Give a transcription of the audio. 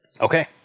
Okay